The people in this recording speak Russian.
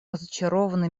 разочарованы